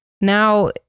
now